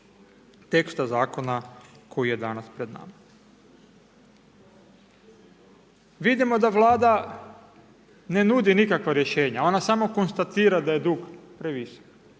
teksta zakona koji je danas pred nama. Vidimo da Vlada ne nudi nikakva rješenja. Ona samo konstatira da je dug previsok.